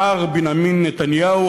מר בנימין נתניהו,